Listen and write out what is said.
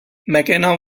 mckenna